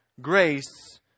Grace